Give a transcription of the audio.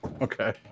Okay